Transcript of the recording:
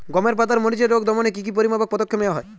গমের পাতার মরিচের রোগ দমনে কি কি পরিমাপক পদক্ষেপ নেওয়া হয়?